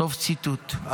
סוף ציטוט.